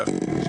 אנסה